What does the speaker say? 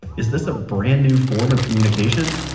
is this a brand new form of communication?